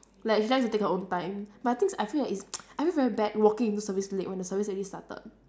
like she likes to take her own time but the thing is I feel that it's I feel very bad walking into service late when the service already started